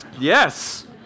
Yes